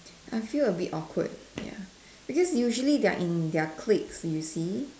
I feel a bit awkward ya because usually they're in their clique you see